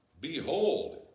Behold